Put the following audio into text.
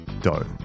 dough